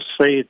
say